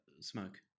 smoke